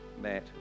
Matt